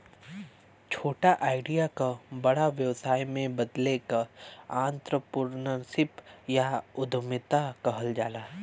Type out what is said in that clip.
छोटा आईडिया क बड़ा व्यवसाय में बदले क आंत्रप्रनूरशिप या उद्दमिता कहल जाला